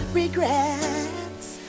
regrets